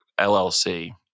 LLC